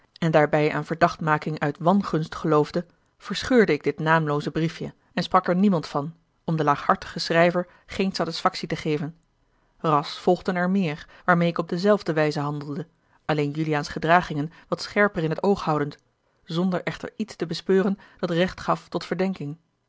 en daarbij aan verdachtmaking uit wangunst geloofde verscheurde ik dit naamlooze briefje en sprak er niemand van om den laaghartigen schrijver geene satisfactie te geven ras volgden er meer waarmeê ik op dezelfde wijze handelde alleen juliaans gedragingen wat scherper in het oog houdend zonder echter iets te bespeuren dat recht gaf tot verdenking